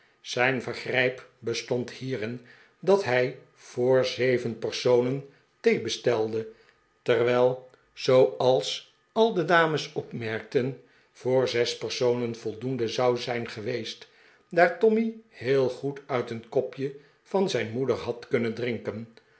zijn vergrijp bestond hierin dat hij voor zeven personen thee bestelde terwijl zooals al de dames opmerkten voor zes personen voldoende zou zijn geweest daar tommy heel goed uit het kopje van zijn moeder had kunnen drinken